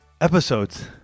episodes